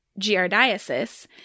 giardiasis